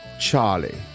Charlie